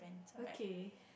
okay